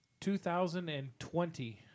2020